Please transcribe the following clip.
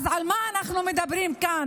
אז על מה אנחנו מדברים כאן?